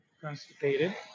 constipated